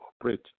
operate